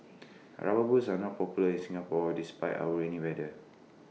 rubber boots are not popular in Singapore despite our rainy weather